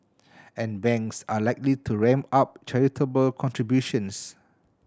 and banks are likely to ramp up charitable contributions